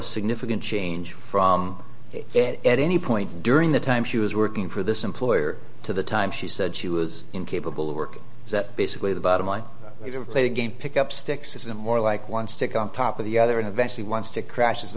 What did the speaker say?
a significant change from it at any point during the time she was working for this employer to the time she said she was incapable of working that basically the bottom line of play the game pick up sticks is a more like one stick on top of the other and eventually wants to crashes